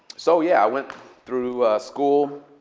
so yeah, i went through school.